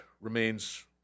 Remains